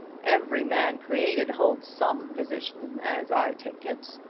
every man created holds some position as i take it.